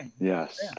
Yes